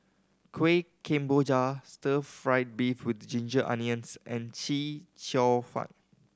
Kuih Kemboja stir fried beef with ginger onions and Chee Cheong Fun